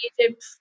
Egypt